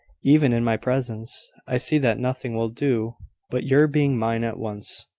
even in my presence, i see that nothing will do but your being mine at once.